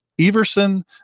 Everson